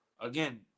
again